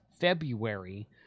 February